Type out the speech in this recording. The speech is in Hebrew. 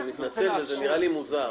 אני מתנצל אבל זה נראה לי מוזר.